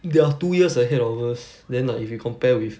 they are two years ahead of us then like if you compare with